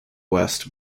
west